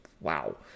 wow